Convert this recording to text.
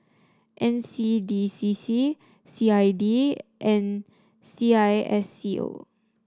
N C D C C C I D and C I S C O